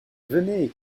venez